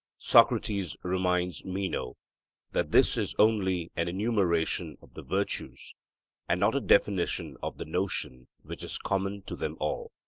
socrates reminds meno that this is only an enumeration of the virtues and not a definition of the notion which is common to them all.